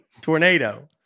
Tornado